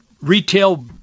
retail